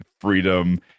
freedom